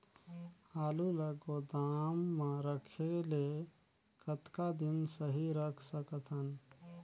आलू ल गोदाम म रखे ले कतका दिन सही रख सकथन?